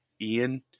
Ian